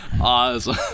Awesome